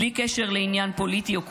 בלי קשר לעניין פוליטי או קואליציה.